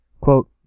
quote